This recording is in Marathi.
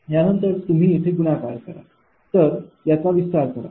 यानंतर तुम्ही येथे गुणाकार करा तर याचा विस्तार करा